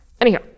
Anyhow